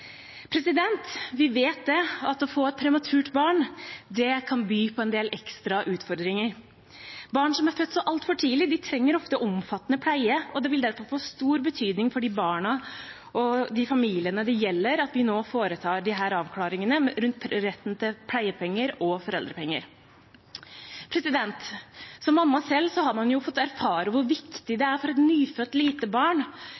33. Vi vet at det å få et prematurt barn kan by på en del ekstra utfordringer. Barn som er født så altfor tidlig, trenger ofte omfattende pleie. Det vil derfor få stor betydning for de barna og de familiene det gjelder, at vi nå foretar disse avklaringene rundt retten til pleiepenger og foreldrepenger. Som mamma selv har jeg fått erfare hvor viktig det er for et nyfødt lite barn